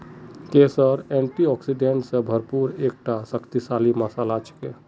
केसर एंटीऑक्सीडेंट स भरपूर एकता शक्तिशाली मसाला छिके